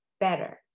better